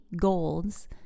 goals